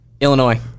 Illinois